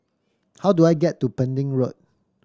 how do I get to Pending Road